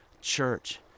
church